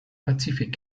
pazifik